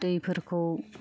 दैफोरखौ